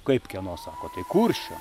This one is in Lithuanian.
kaip kieno sako tai kuršio